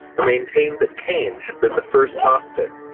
who maintained that cain had been the first gnostic,